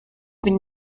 been